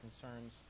concerns